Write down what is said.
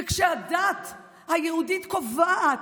וכשהדת היהודית קובעת